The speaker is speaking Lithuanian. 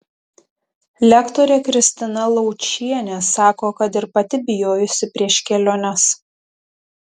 lektorė kristina laučienė sako kad ir pati bijojusi prieš keliones